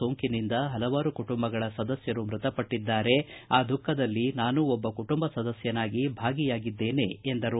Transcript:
ಸೋಂಕಿನಿಂದ ಹಲವಾರು ಕುಟುಂಬಗಳ ಸದಸ್ವರು ಮೃತಪಟ್ಟದ್ದು ಆ ದುಃಖದಲ್ಲಿ ನಾನೂ ಒಬ್ಬ ಕುಟುಂಬ ಸದಸ್ಯನಾಗಿ ಭಾಗಿಯಾಗಿದ್ದೇನೆ ಎಂದರು